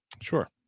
Sure